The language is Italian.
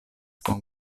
con